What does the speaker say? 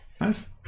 nice